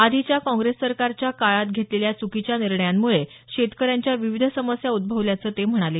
आधीच्या काँग्रेस सरकारच्या काळात घेतलेल्या चुकीच्या निर्णयांमुळे शेतकऱ्यांच्या विविध समस्या उद्दवल्याचं ते म्हणाले